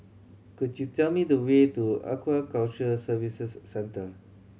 could you tell me the way to Aquaculture Services Centre